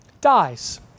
dies